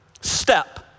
step